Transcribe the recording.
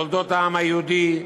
תולדות העם היהודי,